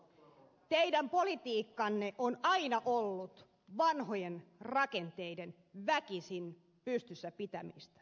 teidän politiikkanne on aina ollut vanhojen rakenteiden väkisin pystyssä pitämistä